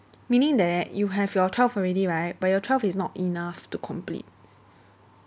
meaning that you have your twelve already right but your twelve is not enough to complete